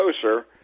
closer